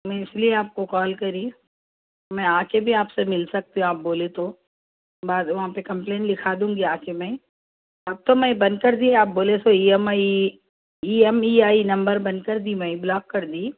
میں اس لیے آپ کو کال کری میں آ کے بھی آپ سے مل سکتی ہوں آپ بولے تو بعد وہاں پہ کمپلین لکھا دوں گی آ کے میں اب تو میں بند کر دی آپ بولے سو E M I E M E I number بند کر دی میں بلاک کر دی